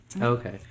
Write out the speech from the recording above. Okay